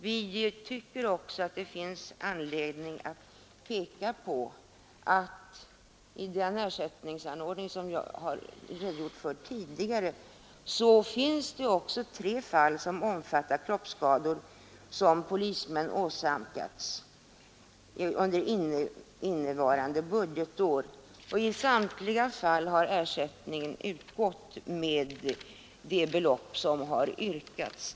Vi tycker också att det finns anledning att peka på att den ersättningsordning jag redogjort för tidigare också omfattar kroppsskador som polismän åsamkats under innevarande budgetår — det gäller tre fall, och i samtliga dessa har ersättning utgått med det belopp som har yrkats.